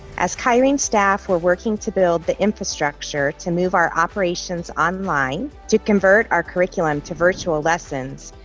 as kyrene staff were working to build the infrastructure to move our operations online, to convert our curriculum to virtual lessons,